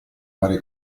varie